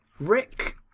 Rick